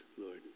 Lord